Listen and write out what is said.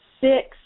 six